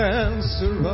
answer